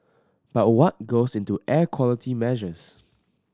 but what goes into air quality measures